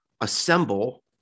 assemble